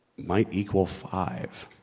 might equal five